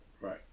Right